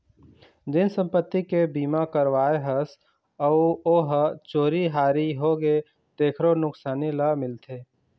जेन संपत्ति के बीमा करवाए हस अउ ओ ह चोरी हारी होगे तेखरो नुकसानी ह मिलथे